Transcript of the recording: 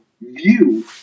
view